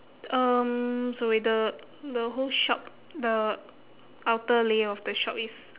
um sorry the the whole shop the outer layer of the shop is